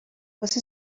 واسه